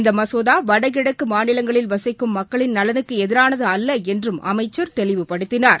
இந்தமசோதாவடகிழக்குமாநிலங்களில் வசிக்கும் மக்களின் நலனுக்குஎதிரானதுஅல்லஎன்றும் அமைச்சர் தெளிவுபடுத்தினார்